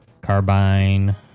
Carbine